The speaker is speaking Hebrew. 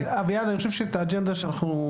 אביעד אני חושב שאת האג'נדה שאנחנו,